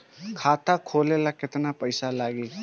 खाता खोले ला केतना पइसा लागी?